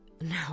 No